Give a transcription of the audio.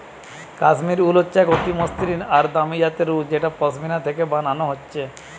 কাশ্মীর উল হচ্ছে এক অতি মসৃণ আর দামি জাতের উল যেটা পশমিনা থিকে বানানা হচ্ছে